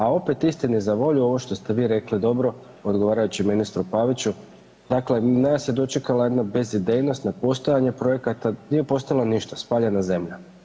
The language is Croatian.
A opet, istini za volju, ovo što ste vi rekli, dobro, odgovarajući ministru Paviću, dakle, nas je dočekala jedna bezidejnost na postojanje projekata, nije ostalo ništa, spaljena zemlja.